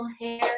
hair